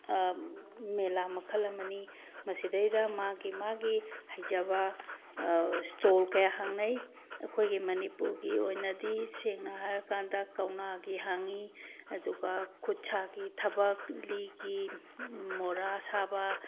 ꯃꯦꯂꯥ ꯃꯈꯜ ꯑꯃꯅꯤ ꯃꯁꯤꯗꯒꯤꯁꯤꯗ ꯃꯥꯒꯤ ꯃꯥꯒꯤ ꯍꯩꯖꯕ ꯁꯏꯇꯣꯜ ꯀꯌꯥ ꯍꯥꯡꯅꯩ ꯑꯩꯈꯣꯏꯒꯤ ꯃꯅꯤꯄꯨꯔꯒꯤ ꯑꯣꯏꯅꯗꯤ ꯁꯦꯡꯅ ꯍꯥꯏꯔ ꯀꯥꯟꯗ ꯀꯧꯅꯥꯒꯤ ꯍꯥꯡꯉꯤ ꯑꯗꯨꯒ ꯈꯨꯠ ꯁꯥꯒꯤ ꯊꯕꯛ ꯂꯤꯒꯤ ꯃꯣꯔꯥ ꯁꯥꯕ